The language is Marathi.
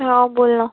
हां बोला